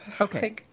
Okay